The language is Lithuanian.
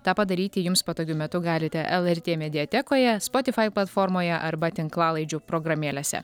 tą padaryti jums patogiu metu galite lrt mediatekoje spotify platformoje arba tinklalaidžių programėlėse